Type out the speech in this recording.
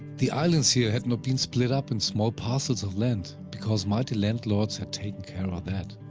the islands here had not been split up in small parcels of land, because mighty landlords had taken care of that.